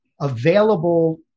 available